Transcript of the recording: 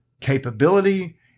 capability